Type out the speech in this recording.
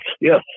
yes